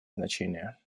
значение